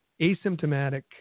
asymptomatic